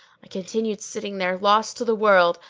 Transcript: i continued sitting there, lost to the world,